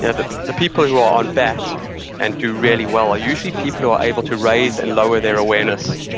yeah the the people who are on bat and do really well are usually people who are able to raise and lower their awareness